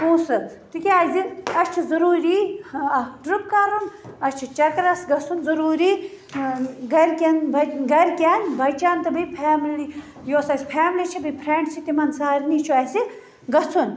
پۅنٛسہٕ تکیٛازِ اَسہِ چھُ ضروٗری اکھ ٹرٛپ کَرُن اَسہِ چھُ چَکرَس گَژھُن ضروٗری گرِکیٚن با گرِکیٚن بَچَن تہٕ بیٚیہِ فیملی یۅس اَسہِ فیملی چھِ بیٚیہِ فرٛینٛڈس تِمَن سارنٕے چھُ اَسہِ گَژھُن